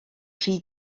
rhy